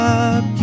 up